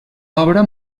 obra